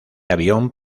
avión